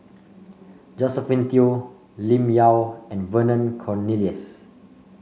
Josephine Teo Lim Yau and Vernon Cornelius